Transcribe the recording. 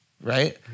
right